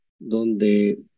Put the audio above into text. donde